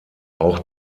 auch